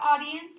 audience